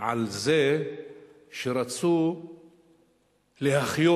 על זה שרצו להחיות